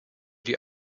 die